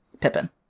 Pippin